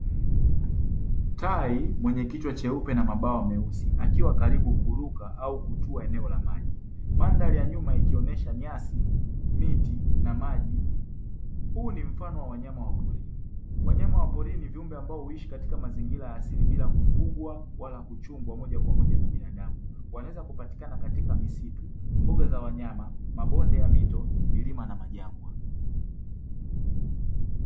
Tai mwenye kichwa cheupe na mabawa meusi akiwa karibu kuruka au kutua eneo la maji. Mandhari ya nyuma ikionesha nyasi, miti na maji huu ni mfano wa wanya wa porini. Wanyama wa porini viumbe ambao huishi katika mazingira asili bila kufugwa wala kuchungwa moja kwa moja na binadamu wanaweza kupatikana katika misitu, mbuga za wanyama, mabonde ya mito, milima na majangwa.